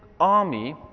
army